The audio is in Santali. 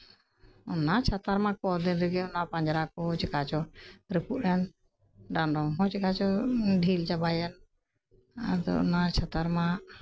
ᱚᱱᱟ ᱪᱷᱟᱛᱟᱨ ᱢᱟ ᱠᱚᱫᱤᱱ ᱨᱮᱜᱤ ᱚᱱᱟ ᱯᱟᱸᱡᱨᱟᱠᱩ ᱪᱮᱠᱟᱪᱚ ᱨᱟᱹᱯᱩᱫ ᱮᱱ ᱰᱟᱸᱰᱚᱢ ᱦᱚ ᱪᱮᱠᱟ ᱪᱚ ᱰᱷᱤᱞ ᱪᱟᱵᱟᱭᱮᱱ ᱟᱫᱚ ᱚᱱᱟ ᱪᱷᱟᱛᱟᱨ ᱢᱟ